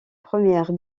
première